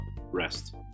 rest